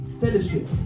fellowship